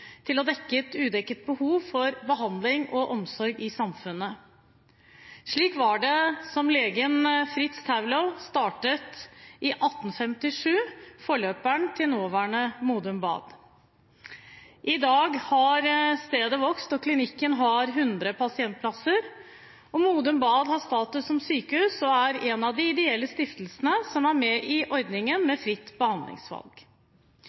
til å dekke et udekket behov for behandling og omsorg i samfunnet. Slik var det da legen Heinrich Arnold Thaulow i 1857 startet forløperen til nåværende Modum Bad. I dag har stedet vokst, og klinikken har 100 pasientplasser. Modum Bad har status som sykehus og er en av de ideelle stiftelsene som er med i ordningen